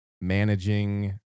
managing